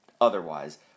otherwise